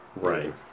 right